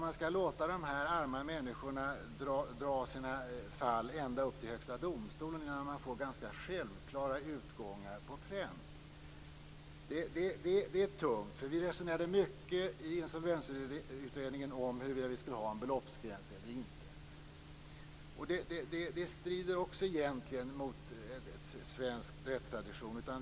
Man låter de här arma människorna dra sina fall ända upp till Högsta domstolen innan de får ganska självklara utgångar på pränt. Det är tungt. Vi resonerade mycket i Insolvensutredningen om huruvida vi skulle ha en beloppsgräns eller inte. Egentligen strider det också mot svensk rättstradition.